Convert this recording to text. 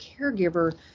caregiver